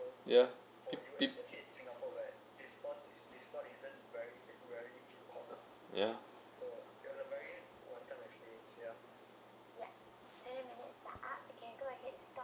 ya tip tip ya